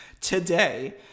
today